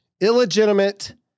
illegitimate